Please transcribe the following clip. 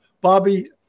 Bobby